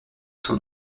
son